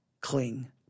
cling